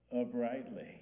uprightly